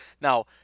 Now